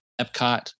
Epcot